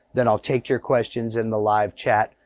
then i'll take your questions in the live chat.